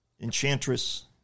Enchantress